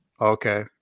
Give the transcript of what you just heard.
Okay